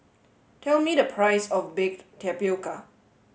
tell me the price of Baked Tapioca